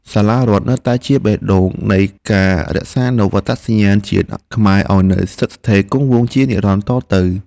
សាលារដ្ឋនៅតែជាបេះដូងនៃការរក្សានូវអត្តសញ្ញាណជាតិខ្មែរឱ្យស្ថិតស្ថេរគង់វង្សជានិរន្តរ៍តទៅមុខ។